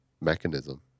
mechanism